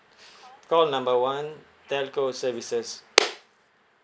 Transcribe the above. call number one telco services